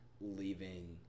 leaving